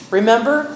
Remember